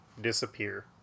disappear